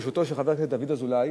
בראשותו של חבר הכנסת דוד אזולאי,